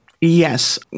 Yes